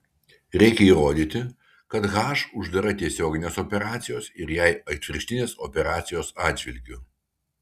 reikia įrodyti kad h uždara tiesioginės operacijos ir jai atvirkštinės operacijos atžvilgiu